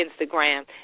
Instagram